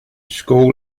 school